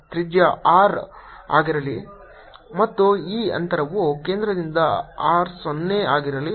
ತ್ರಿಜ್ಯವು R ಆಗಿರಲಿ ಮತ್ತು ಈ ಅಂತರವು ಕೇಂದ್ರದಿಂದ r 0 ಆಗಿರಲಿ